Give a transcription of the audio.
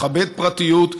לכבד פרטיות,